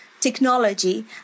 technology